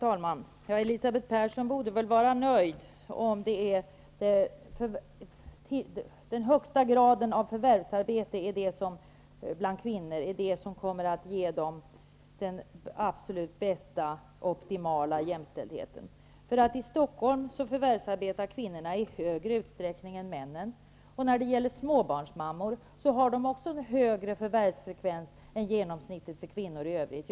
Herr talman! Elisabeth Persson borde väl vara nöjd om den högsta graden av förvärvsarbete bland kvinnor är det som kommer att ge kvinnorna den optimala jämställdheten. I Stockholm förvärvsarbetar kvinnorna i större utsträckning än männen, och småbarnsmammor har också högre förvärvsfrekvens än genomsnittet för kvinnor i övrigt.